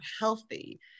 healthy